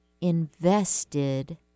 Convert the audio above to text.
invested